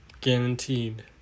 Guaranteed